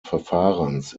verfahrens